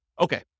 Okay